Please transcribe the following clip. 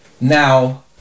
Now